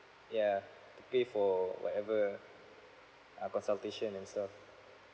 yeah to pay for whatever ah consultation and stuff